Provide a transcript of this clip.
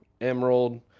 emerald